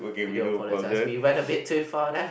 we do apologise we went a bit too far there